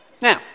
Now